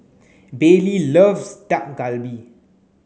Bailey loves Dak Galbi